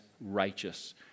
righteous